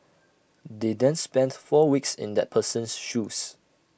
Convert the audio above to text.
they then spend four weeks in that person's shoes